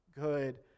good